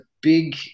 big